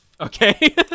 Okay